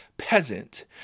peasant